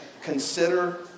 consider